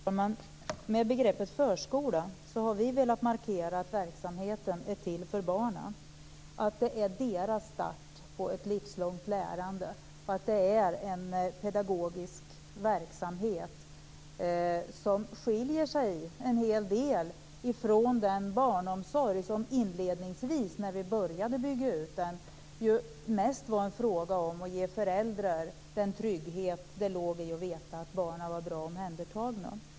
Fru talman! Med begreppet förskola har vi velat markera att verksamheten är till för barnen. Det handlar om deras start på ett livslångt lärande och om en pedagogisk verksamhet som skiljer sig en hel del ifrån den barnomsorg som inledningsvis, när vi började bygga ut den, mest gav föräldrar den trygghet som det låg i att veta att barnen var bra omhändertagna.